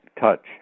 touch